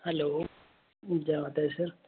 hello जै माता दी सर